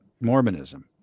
Mormonism